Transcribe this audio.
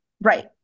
right